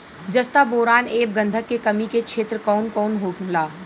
जस्ता बोरान ऐब गंधक के कमी के क्षेत्र कौन कौनहोला?